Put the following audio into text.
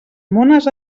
mones